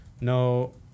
No